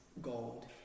Gold